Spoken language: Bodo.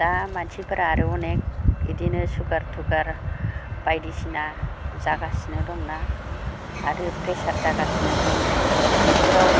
दा मानसिफोरा आरो अनेख इदिनो सुगार थुगार बायदिसिना जागासिनो दंना आरो प्रेसार जागासिनो दं बेफोराव